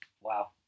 Wow